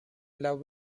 love